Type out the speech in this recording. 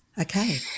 Okay